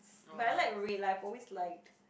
but I like red lah I've always liked